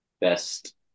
best